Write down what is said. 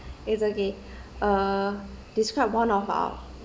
it's okay uh describe one of our